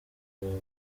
baba